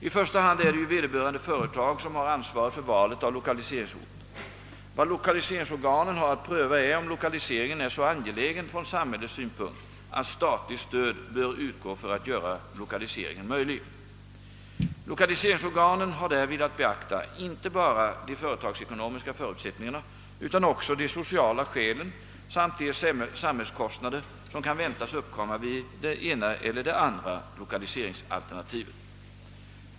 I första hand är det ju vederbörande företag som har ansvaret för valet av 10okaliseringsort. Vad lokaliseringsorganen har att pröva är om lokaliseringen är så angelägen från samhällelig synpunkt att statligt stöd bör utgå för att göra lokaliseringen möjlig. Lokaliseringsorganen har därvid att beakta inte bara de företagsekonomiska förutsättningarna utan också de sociala skälen samt de samhällskostnader som kan väntas uppkomma vid det ena eller det andra lokaliseringsalternativet.